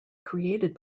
created